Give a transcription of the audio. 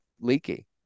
leaky